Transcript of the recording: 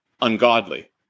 ungodly